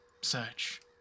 search